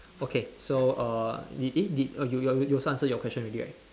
okay so err you eh did oh you you you also answer your question already right